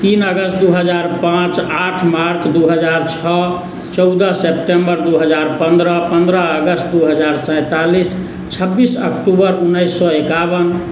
तीन अगस्त दू हजार पाँच आठ मार्च दू हजार छओ चौदह सेप्टेम्बर दू हजार पन्द्रह पन्द्रह अगस्त दू हजार सैतालिस छब्बीस अक्टूबर उनैस सए एकाओन